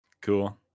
cool